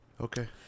Okay